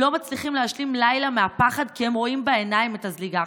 לא מצליחים להשלים לילה מהפחד כי הם רואים בעיניים את הזליגה.